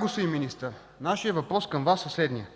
Господин Министър, нашият въпрос към Вас е следният: